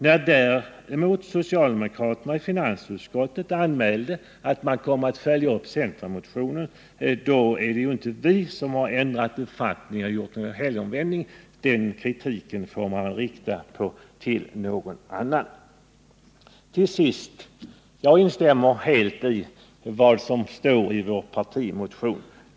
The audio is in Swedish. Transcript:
När socialdemokraterna i finansutskottet sedan anmälde att de kommer att följa uppcentermotionen, är det ju inte vi som har ändrat uppfattning eller gjort en helomvändning. Kritiken får riktas mot andra. Till sist vill jag säga att jag helt instämmer i vad som står i vår partimotion.